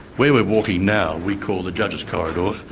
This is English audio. where we're walking now, we call the judge's corridor.